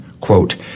Quote